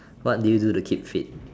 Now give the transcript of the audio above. what do you do to keep fit